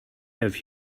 have